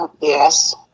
Yes